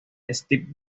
steve